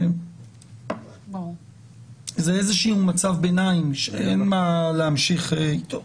זה איזשהו מצב ביניים שאין מה להמשיך אתו.